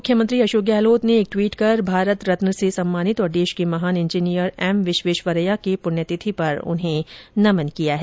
मुख्यमंत्री अशोक गहलोत ने एक ट्वीट कर भारत रत्न और देश के महान इंजीनियर एम विश्वेश्वरैया की पुण्यतिथि पर उन्हें नमन किया है